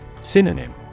Synonym